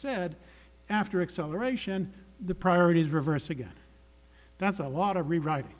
said after acceleration the priority is reversed again that's a lot of rewrit